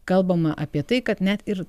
kalbama apie tai kad net ir